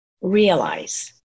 realize